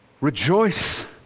rejoice